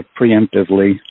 preemptively